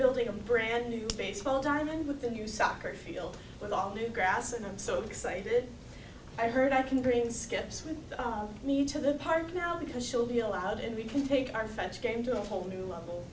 building a brand new baseball diamond with a new soccer field with all new grass and i'm so excited i heard i can bring skips with me to the park now because she'll be allowed in we can take our french game to a whole new level